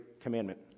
commandment